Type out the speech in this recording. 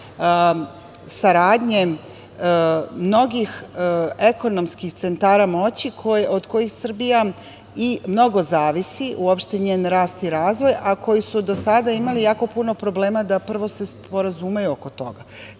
saradnje mnogih ekonomskih centara moći od kojih Srbija mnogo zavisi, uopšte njen rast i razvoj, a koji su do sada imali jako puno problema da se, prvo, sporazumeju oko toga. Kada